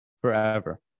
forever